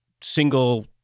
single